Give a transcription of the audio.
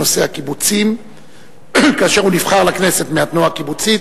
בנושא הקיבוצים כאשר הוא נבחר לכנסת מהתנועה הקיבוצית